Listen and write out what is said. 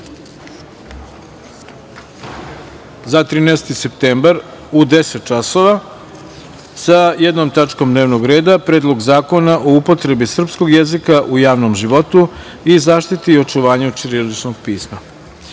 2021. godine, u 10.00 časova sa jednom tačkom dnevnog reda – Predlog zakona o upotrebi srpskog jezika u javnom životu i zaštiti i očuvanju ćiriličnog pisma. Pošto